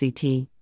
CT